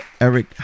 Eric